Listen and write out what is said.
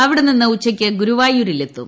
അവിട്ടെ്നിന്ന് ഉച്ചയ്ക്ക് ഗുരുവായൂരിലെത്തും